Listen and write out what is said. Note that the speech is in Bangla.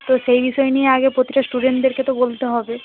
তো সেই বিষয় নিয়ে আগে প্রতিটা স্টুডন্টদেরকে তো বলতে হবে